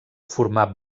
formar